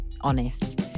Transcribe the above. Honest